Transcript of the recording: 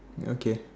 ya okay